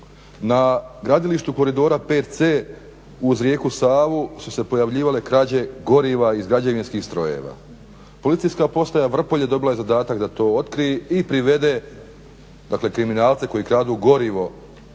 na gradilištu koridora 5C uz rijeku Savu su se pojavljivale krađe goriva iz građevinskih strojeva. Policijska postaja Vrpolje dobila je zadatak da to otkrije i privede, dakle kriminalce koji kradu gorivo